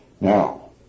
Now